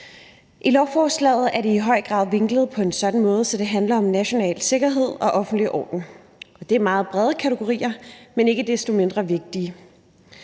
I lovforslaget er det i høj grad vinklet på en sådan måde, at det handler om national sikkerhed og offentlig orden. Det er meget brede kategorier, men ikke desto mindre vigtige.